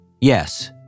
Yes